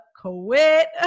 quit